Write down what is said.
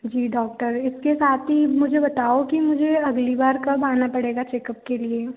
जी doctor इसके साथ ही मुझे बताओ कि मुझे अगली बार कब आना पड़ेगा चेकअप के लिए